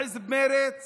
היעלמותה של מפלגת מרצ